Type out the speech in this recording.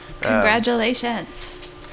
Congratulations